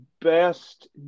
best